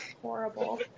horrible